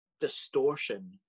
distortion